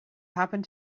happened